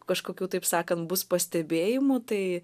kažkokių taip sakant bus pastebėjimų tai